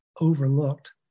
overlooked